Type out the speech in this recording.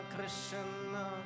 Krishna